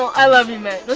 i love you man.